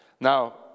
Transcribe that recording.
Now